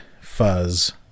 fuzz